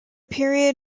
period